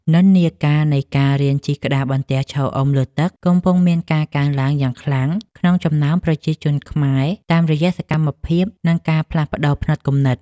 និន្នាការនៃការរៀនជិះក្តារបន្ទះឈរអុំលើទឹក កំពុងមានការកើនឡើងយ៉ាងខ្លាំងក្នុងចំណោមប្រជាជនខ្មែរ តាមរយៈសកម្មភាព និងការផ្លាស់ប្តូរផ្នត់គំនិត។